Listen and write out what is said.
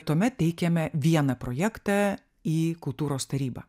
tuomet teikiame vieną projektą į kultūros tarybą